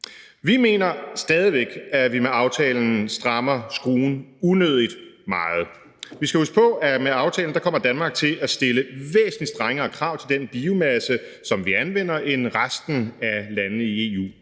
Vi mener stadig væk, at vi med aftalen strammer skruen unødigt meget. Vi skal huske på, at Danmark med aftalen kommer til at stille væsentlig strengere krav til den biomasse, som vi anvender, end resten af landene i EU,